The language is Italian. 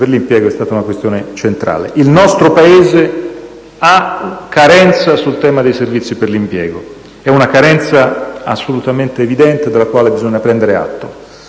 per l'impiego è stata centrale. Il nostro Paese ha una carenza sul tema dei servizi per l'impiego; è una carenza assolutamente evidente, della quale bisogna prendere atto.